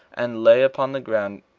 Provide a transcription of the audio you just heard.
and lay upon the ground,